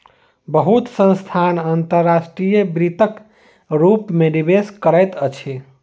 बहुत संस्थान अंतर्राष्ट्रीय वित्तक रूप में निवेश करैत अछि